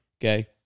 Okay